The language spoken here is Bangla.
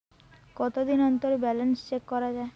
কতদিন অন্তর ব্যালান্স চেক করা য়ায়?